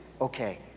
Okay